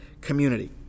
community